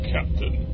Captain